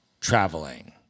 traveling